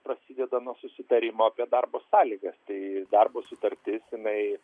prasideda nuo susitarimo apie darbo sąlygas tai darbo sutartis jinai